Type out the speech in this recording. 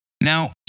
Now